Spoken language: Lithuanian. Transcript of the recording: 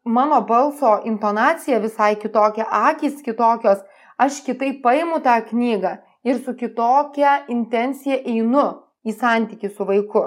mano balso intonacija visai kitokia akys kitokios aš kitaip paimu tą knygą ir su kitokia intencija einu į santykį su vaiku